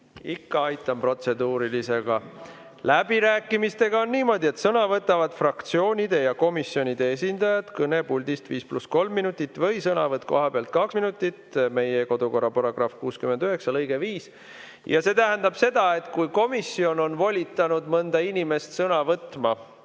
Ikka aitan protseduurilisega. Läbirääkimistega on niimoodi, et sõna võtavad fraktsioonide ja komisjonide esindajad kõnepuldist 5 + 3 minutit või on sõnavõtt kohapealt 2 minutit. Meie kodukorra § 69 lõige 5. Ja see tähendab seda, et kui komisjon on volitanud mõnda inimest sõna võtma